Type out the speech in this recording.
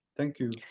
thank you.